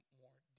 more